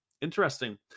Interesting